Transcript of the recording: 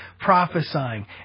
prophesying